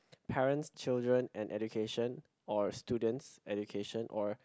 parents children and education or students education or